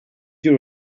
your